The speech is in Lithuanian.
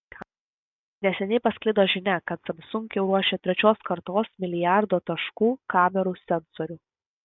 neseniai pasklido žinia kad samsung jau ruošia trečios kartos milijardo taškų kamerų sensorių